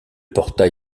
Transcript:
portail